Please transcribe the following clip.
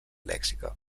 lèxica